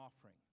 offering